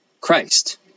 Christ